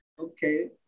okay